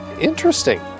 interesting